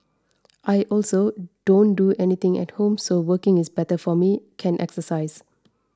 I also don't do anything at home so working is better for me can exercise